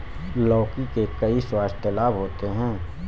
लौकी के कई स्वास्थ्य लाभ होते हैं